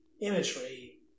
imagery